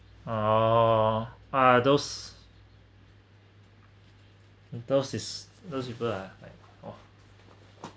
uh ah those those is those people are like !wah!